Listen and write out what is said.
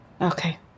Okay